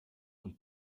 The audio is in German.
und